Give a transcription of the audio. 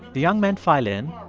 the young men file in,